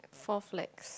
four flags